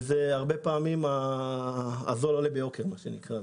במקרה זה ניתן לומר שהזול עולה ביוקר.